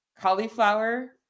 Cauliflower